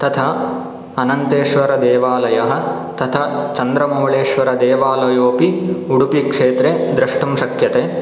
तथा अनन्तेश्वरदेवालयः तथा चन्द्रमौळीश्वरदेवालयोपि उडपि क्षेत्रे दृष्टुं शक्यते